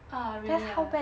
oh really ah